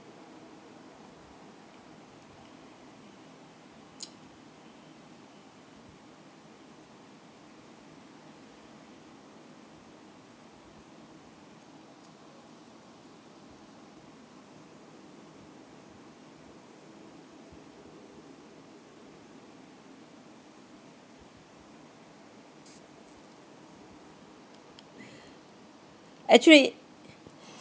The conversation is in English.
actually